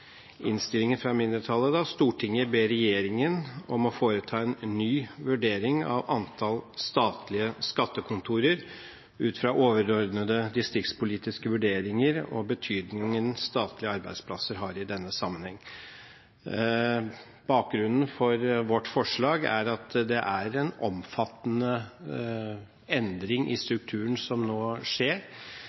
innstillingen: «Stortinget ber regjeringen om å foreta en ny vurdering av antall statlige skattekontorer ut fra overordnede distriktspolitiske vurderinger og betydningen statlige arbeidsplasser har i denne sammenheng.» Bakgrunnen for vårt forslag er at det er en omfattende endring i strukturen som nå skjer.